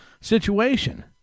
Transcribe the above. situation